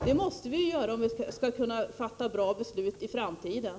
Det måste vi göra om vi skall kunna fatta bra beslut i framtiden.